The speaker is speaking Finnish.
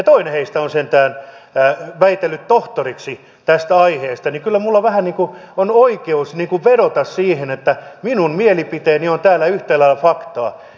toinen heistä on sentään väitellyt tohtoriksi tästä aiheesta niin että kyllä minulla vähän niin kuin on oikeus vedota siihen että minun mielipiteeni on täällä yhtä lailla faktaa